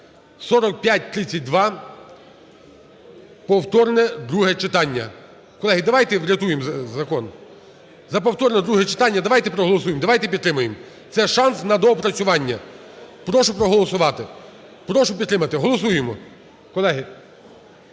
(4532), повторне друге читання. Колеги, давайте врятуємо закон. За повторне друге читання давайте проголосуємо, давайте підтримаємо. Це – шанс на доопрацювання. Прошу проголосувати, прошу підтримати. Голосуємо,